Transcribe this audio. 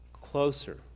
closer